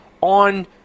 on